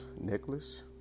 necklace